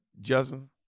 Justin